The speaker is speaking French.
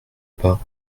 pas